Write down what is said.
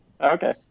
Okay